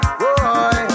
boy